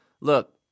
look